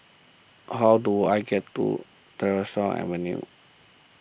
how do I get to Tyersall Avenue